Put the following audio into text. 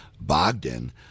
Bogdan